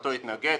בתקופתו התנגד,